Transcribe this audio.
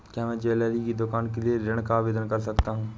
क्या मैं ज्वैलरी की दुकान के लिए ऋण का आवेदन कर सकता हूँ?